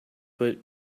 but